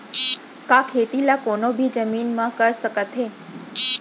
का खेती ला कोनो भी जमीन म कर सकथे?